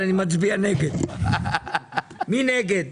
מי נגד?